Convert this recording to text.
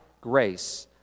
grace